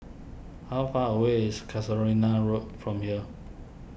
how far away is Casuarina Road from here